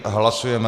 Hlasujeme